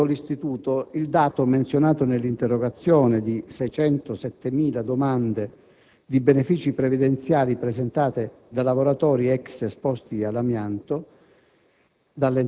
Secondo l'Istituto, il dato - menzionato nell'interpellanza - di 607.000 domande di benefici previdenziali presentate da lavoratori ex esposti all'amianto